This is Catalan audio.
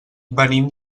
venim